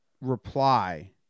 reply